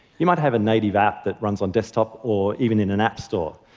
you might have a native app that runs on desktop or even in an app store,